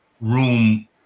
room